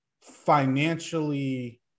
financially